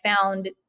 found